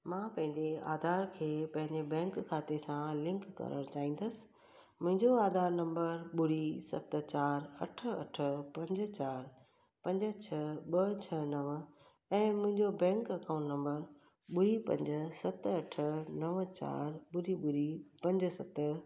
मां पंहिंजे आधार खे पंहिंजे बैंक खाते सां लिंक करण चाहींदसि मुंहिंजो आधार नम्बर ॿुड़ी सत चार अठ अठ पंज चार पंज छह ॿ छह नव ऐं मुंहिंजो बैंक अकाऊंट नम्बर ॿुड़ी पंज सत अठ नव चार ॿुड़ी ॿुड़ी पंज सत